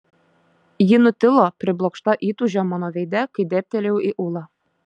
ji nutilo priblokšta įtūžio mano veide kai dėbtelėjau į ulą